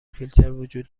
فیلتر